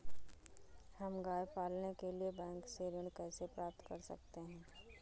हम गाय पालने के लिए बैंक से ऋण कैसे प्राप्त कर सकते हैं?